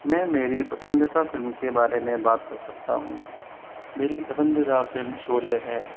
मैं मेरी पसंदीदा फ़िल्म के बारे में बात कर सकता हूँ मेरी पसंदीदा फ़िल्म शोले है